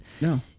No